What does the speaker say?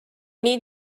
need